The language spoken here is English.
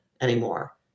anymore